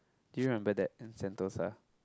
do you remember that in Sentosa